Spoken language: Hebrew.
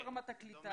גם ברמת הקליטה.